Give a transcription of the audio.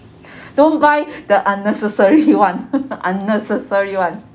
don't buy the unnecessary one unnecessary one